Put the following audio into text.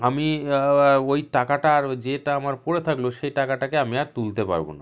আমি ওই টাকাটা আরও যেটা আমার পড়ে থাকল সে টাকাটাকে আমি আর তুলতে পারব না